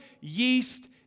yeast